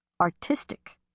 artistic